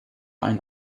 ein